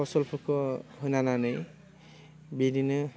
फसलफोरखौ होनानै बिदिनो